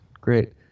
Great